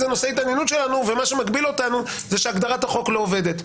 זה נושאי התעניינות שלנו ומה שמגביל אותנו זה שהגדרת החוק לא עובדת.